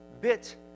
bit